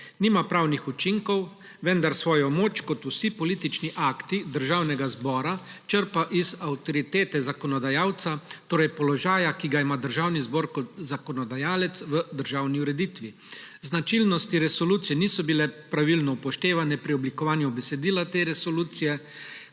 nima pravnih učinkov, vendar svojo moč kot vsi politični akti Državnega zbora črpa iz avtoritete zakonodajalca, torej položaja, ki ga ima Državni zbor kot zakonodajalec v državni ureditvi. Značilnosti resolucij niso bile pravilno upoštevane pri oblikovanju besedila te resolucije,